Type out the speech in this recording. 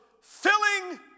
filling